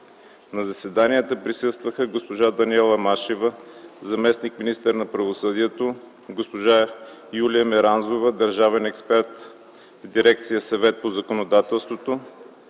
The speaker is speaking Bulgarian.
На заседанията присъстваха госпожа Даниела Машева - заместник-министър на правосъдието, госпожа Юлия Меранзова – държавен експерт в дирекция „Съвет по законодателство”,